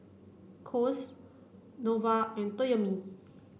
Kose Nova and Toyomi